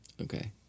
Okay